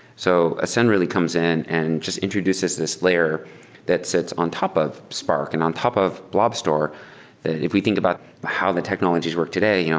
so ascend really comes in and just introduces this layer that sits on top of spark and on top of blob store that if we think about how the technologies work today, you know